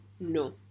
No